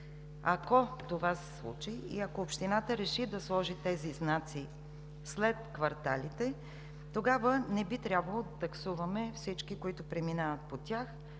Ако това се случи и ако общината реши да сложи тези знаци след кварталите, тогава не би трябвало да таксуваме с пътна такса